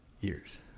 years